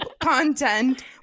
content